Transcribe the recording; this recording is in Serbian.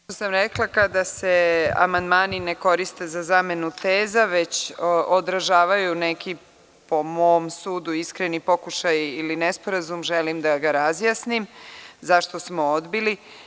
Rekla sam kada se amandmani ne koriste za zamenu teza, već održavaju neki, po mom sudu, iskreni pokušaj ili nesporazum, želim da razjasnim zašto smo odbili.